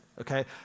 okay